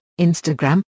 Instagram